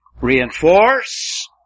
reinforce